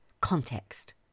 Context